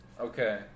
Okay